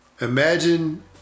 Imagine